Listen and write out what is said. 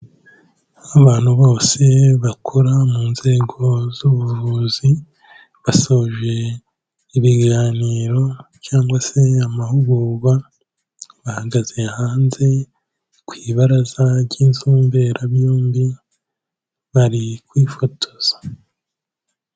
Abantu bose bakora mu nzego z'ubuvuzi, basoje ibiganiro cyangwa se amahugurwa, bahagaze hanze ku ibaraza ry'inzu mberabyombi, bari kwifotoza.